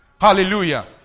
Hallelujah